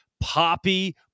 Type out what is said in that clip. poppy